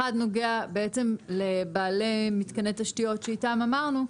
אחד נוגע בעצם לבעלי מתקני תשתיות שאמרנו,